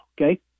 okay